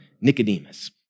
Nicodemus